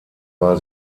war